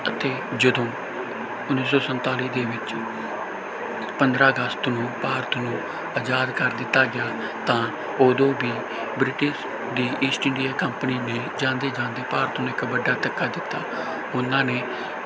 ਅਤੇ ਜਦੋਂ ਉੱਨੀ ਸੌ ਸੰਤਾਲੀ ਦੇ ਵਿੱਚ ਪੰਦਰਾਂ ਅਗਸਤ ਨੂੰ ਭਾਰਤ ਨੂੰ ਆਜ਼ਾਦ ਕਰ ਦਿੱਤਾ ਗਿਆ ਤਾਂ ਉਦੋਂ ਵੀ ਬ੍ਰਿਟਿਸ਼ ਦੀ ਈਸਟ ਇੰਡੀਆ ਕੰਪਨੀ ਨੇ ਜਾਂਦੇ ਜਾਂਦੇ ਭਾਰਤ ਨੂੰ ਇੱਕ ਵੱਡਾ ਧੱਕਾ ਦਿੱਤਾ ਉਹਨਾਂ ਨੇ